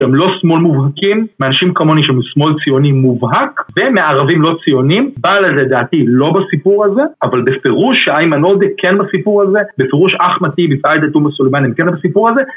שהם לא שמאל מובהקים, מאנשים כמוני שהם שמאל ציוני מובהק ומערבים לא ציוניים. בא לזה, דעתי, לא בסיפור הזה, אבל בפירוש שאיימן עודה כן בסיפור הזה, בפירוש אחמד טיבי ועאידה תומא סלימאן כן בסיפור הזה.